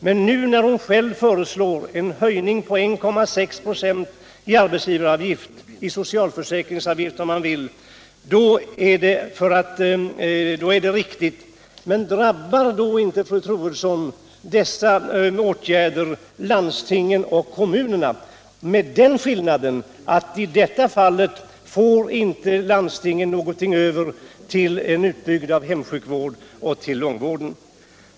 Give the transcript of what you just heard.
Men nu, när hon själv föreslår en höjning på 1,6 26 av arbetsgivaravgiften — eller socialförsäkringsavgiften om man så vill — är det riktigt. Drabbar då inte dessa åtgärder, fru Troedsson, landstingen och kommunerna — med den skillnaden att i det här fallet får inte landstingen någonting över till en utbyggnad av hemsjukvården och till långvården?